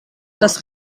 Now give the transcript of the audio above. dass